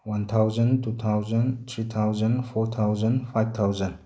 one thousand two thousand three thousand four thousand five thousand